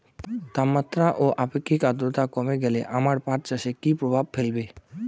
তাপমাত্রা ও আপেক্ষিক আদ্রর্তা কমে গেলে আমার পাট চাষে কী প্রভাব ফেলবে?